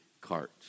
cart